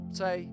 say